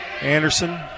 Anderson